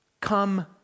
come